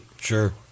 Sure